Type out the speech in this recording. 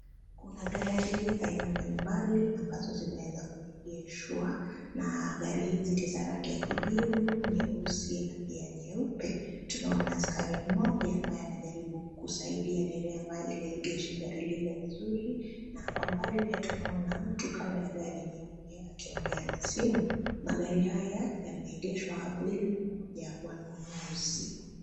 Kuna gari aina mbalimbali ambazo zinaweza kuegeshwa na gari hizi ni za rangi ya kijivu, nyeusi na pia nyeupe. Tunaona askari mmoja ambaye anajaribu kusaidia dereva ili aegeshe gari lile vizuri na kwa mbali pia tunaona mtu kando ya gari nyeupe akiongea na simu. Magari haya yameegeshwa hapo ili kungojea wanunuzi.